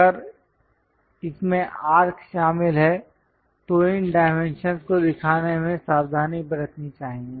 अगर इसमें आर्क शामिल हैं तो इन डाइमेंशंस को दिखाने में सावधानी बरतनी चाहिए